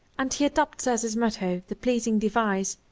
and he adopts as his motto the pleasing device,